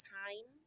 time